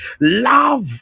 Love